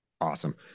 Awesome